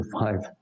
five